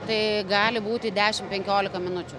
tai gali būti dešimt penkiolika minučių